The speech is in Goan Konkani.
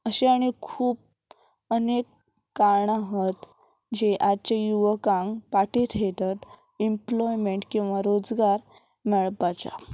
अशें आनी खूब अनेक कारणां आहत जे आजच्या युवकांक फाटीं हेटत इम्प्लॉयमेंट किंवां रोजगार मेळपाचा